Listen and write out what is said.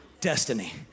Destiny